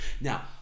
Now